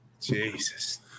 Jesus